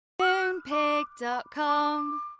Moonpig.com